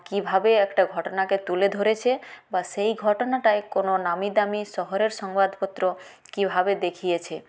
কীভাবে একটা ঘটনাকে তুলে ধরেছে বা সেই ঘটনাটাই কোনও নামী দামি শহরের সংবাদপত্র কীভাবে দেখিয়েছে